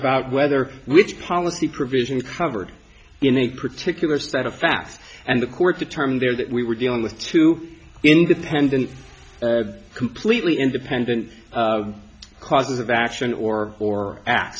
about whether which policy provision covered in a particular set of facts and the court determined there that we were dealing with two independent completely independent causes of action or or a